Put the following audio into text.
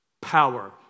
power